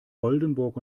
oldenburg